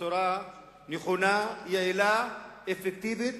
בצורה נכונה, יעילה, אפקטיבית,